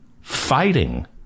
fighting